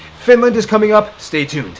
finland is coming up! stay tuned!